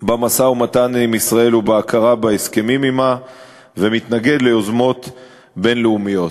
במשא-ומתן עם ישראל ובהכרה בהסכמים עמה ומתנגד ליוזמות בין-לאומיות.